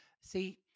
See